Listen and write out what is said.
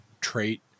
trait